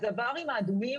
הברים האדומים